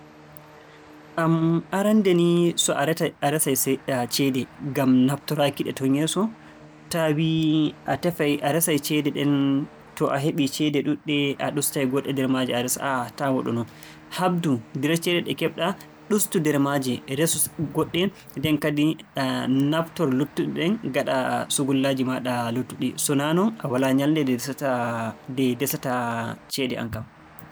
Ahm, arannde ni so a rec- resay see- ceede ngam naftoraaki-ɗe ton yeeso. Taa wii, a tefay- a resay ceede ɗen to a heɓii ceede ɗuuɗɗe, a ɗustay goɗɗe nder maaje a resa. Aa, taa waɗu non. Haɓdu nder ceede ɗe keɓ-ɗaa ɗustu nder maaje, resu goɗɗe. Nden kadi naftor luttuɗe ɗen ngaɗaa sungullaaji maaɗa luttuɗi. So naa non, a walaa nyalnde nde ndesataa- nde ndesataa ceede aan kam.